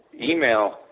email